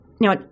Now